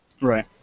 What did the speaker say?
Right